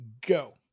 go